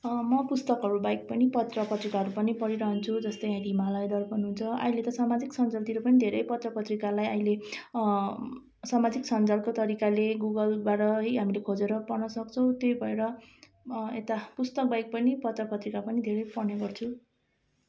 म पुस्तकहरू बाहेक पनि पत्र पत्रिकाहरू पनि पढिरहन्छु जस्तै हिमालय दर्पण हुन्छ अहिले त समाजिक सञ्जालतिर पनि धेरै पत्र पत्रिकालाई अहिले समाजिक सञ्जालको तरिकाले गुगलबाट है हामीले खोजेर पढ्न सक्छौँ त्यही भएर यता पुस्तकबाहेक पनि पत्र पत्रिका पनि धेरै पढ्ने गर्छु